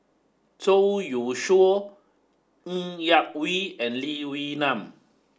Zhou Youshuo Ng Yak Whee and Lee Wee Nam